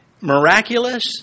miraculous